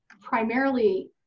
primarily